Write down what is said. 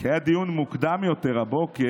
כי היה דיון מוקדם יותר הבוקר,